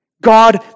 God